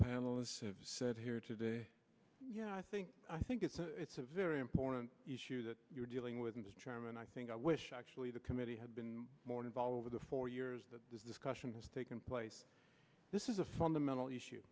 have said here today yeah i think i think it's a it's a very important issue that you're dealing with the chairman i think i wish actually the committee had been more involved with the four years that this discussion has taken place this is a fundamental issue